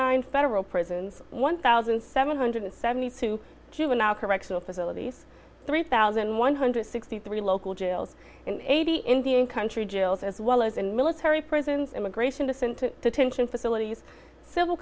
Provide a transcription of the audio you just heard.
nine federal prisons one thousand seven hundred and seventy two juvenile correctional facilities three thousand one hundred and sixty three local jails and eighty indian country jails as well as in military prisons immigration to send to detention facilities civil